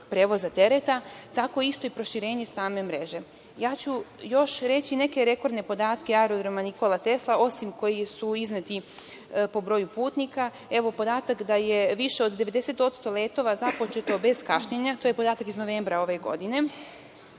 prevoza tereta, tako isto i proširenje mreže. Reći ću još neke rekordne podatke Aerodroma „Nikola Tesla“, osim onih koji su izneti po broju putnika. Evo podatak da je više od 90% letova započeto bez kašnjenja. To je podatak iz novembra ove godine,